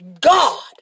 God